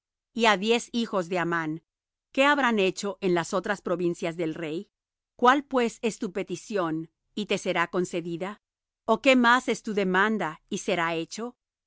á diez hijos de amán qué habrán hecho en las otras provincias del rey cuál pues es tu petición y te será concedida ó qué más es tu demanda y será hecho